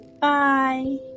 Bye